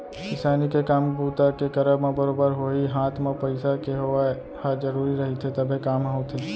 किसानी के काम बूता के करब म बरोबर होही हात म पइसा के होवइ ह जरुरी रहिथे तभे काम ह होथे